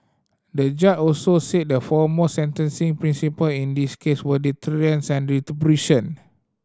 the judge also said the foremost sentencing principle in this case were deterrence and retribution